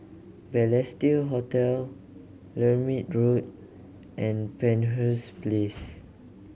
Balestier Hotel Lermit Road and Penshurst Place